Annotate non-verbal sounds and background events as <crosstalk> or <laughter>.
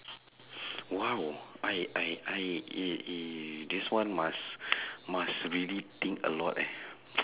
<breath> !wow! I I I it it this one must <breath> must really think a lot eh <noise>